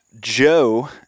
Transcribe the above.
Joe